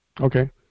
Okay